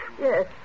Yes